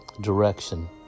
direction